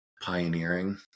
pioneering